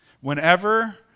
Whenever